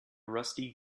rusty